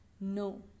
No